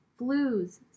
flus